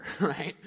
right